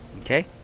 Okay